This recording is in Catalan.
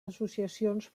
associacions